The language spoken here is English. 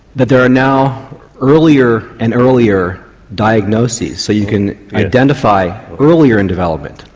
that there are now earlier, and earlier diagnoses so you can identify earlier in development.